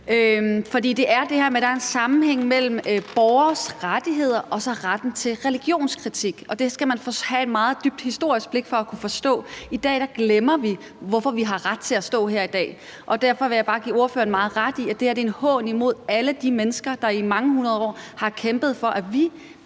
for det er det her med, at der er en sammenhæng mellem borgeres rettigheder og så retten til religionskritik, og det skal man have et meget dybt historisk blik for at kunne forstå. I dag glemmer vi, hvorfor vi har ret til at stå her i dag, og derfor vil jeg bare give ordføreren meget ret i, at det her er en hån imod alle de mennesker, der i mange hundrede år har kæmpet for, at vi